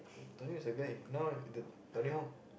Tony-Hawk is a guy now the Tony-Hawk